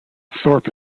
thorpe